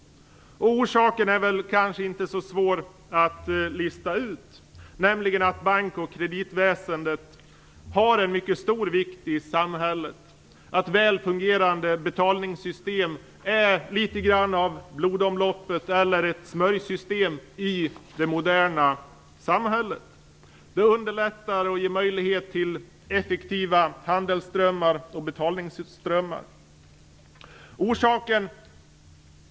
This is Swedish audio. Orsaken är kanske inte så svår att lista ut, nämligen att bank och kreditväsendet har en mycket stor betydelse i samhället. Väl fungerande betalningssystem är litet grand av blodomloppet eller ett smörjsystem i det moderna samhället. Det underlättar och ger möjlighet till effektiva handelsströmmar och betalningsströmmar.